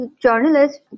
journalists